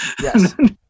Yes